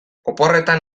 oporretan